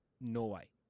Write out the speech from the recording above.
Norway